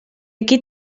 aquí